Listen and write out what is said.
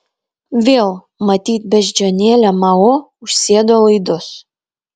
vėl matyt beždžionėlė mao užsėdo laidus